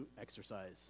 exercise